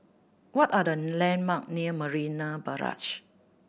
what are the landmark near Marina Barrage